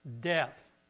Death